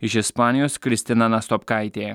iš ispanijos kristina nastopkaitė